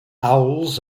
owls